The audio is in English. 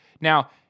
Now